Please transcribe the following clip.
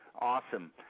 Awesome